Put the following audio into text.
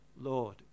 Lord